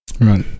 Right